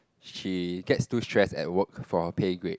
she gets too stress at work for her pay grade